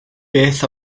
beth